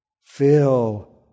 fill